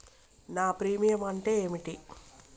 నా ప్రీమియం అంటే ఏమిటి?